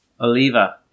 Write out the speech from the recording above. Oliva